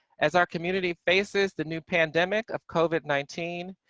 as our community faces the new pandemic of covid nineteen,